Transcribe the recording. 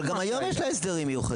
אבל גם היום יש לה הסדרים מיוחדים,